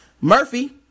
Murphy